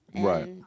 Right